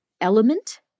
element